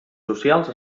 socials